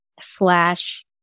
slash